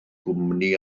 gwmni